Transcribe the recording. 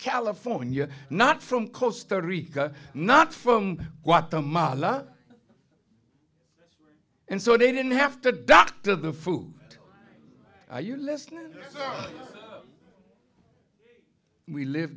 california not from costa rica not from guatemala and so they didn't have to doctor the food you listening we live